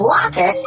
Walker